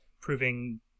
proving